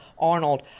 Arnold